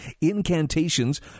incantations